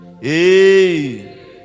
Hey